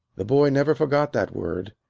the boy never forgot that word,